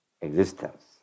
existence